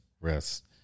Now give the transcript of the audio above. rest